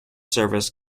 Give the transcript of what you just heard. service